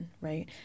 right